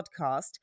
podcast